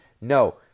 No